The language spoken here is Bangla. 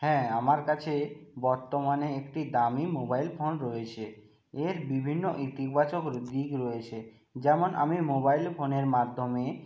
হ্যাঁ আমার কাছে বর্তমানে একটি দামি মোবাইল ফোন রয়েছে এর বিভিন্ন ইতিবাচক দিক রয়েছে যেমন আমি মোবাইল ফোনের মাধ্যমে